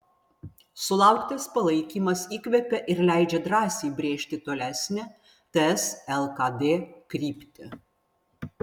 sulauktas palaikymas įkvepia ir leidžia drąsiai brėžti tolesnę ts lkd kryptį